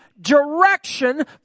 direction